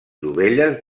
dovelles